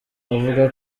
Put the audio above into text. avuga